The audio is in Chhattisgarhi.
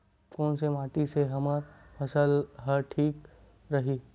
कोन से माटी से हमर फसल ह ठीक रही?